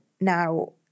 Now